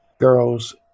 girls